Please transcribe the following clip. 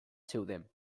zeuden